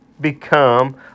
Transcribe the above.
become